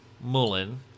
Mullen